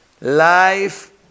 Life